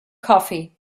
coffee